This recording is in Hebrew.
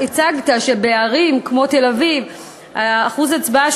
הצגת שבערים כמו תל-אביב אחוז ההצבעה,